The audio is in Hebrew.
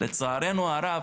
לצערנו הרב,